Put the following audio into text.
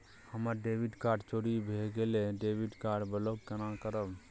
हमर debit card चोरी भगेलै डेबिट कार्ड ब्लॉक केना करब?